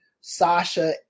Sasha